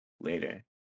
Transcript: later